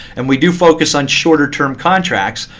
and we do focus on shorter term contracts,